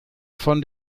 von